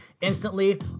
instantly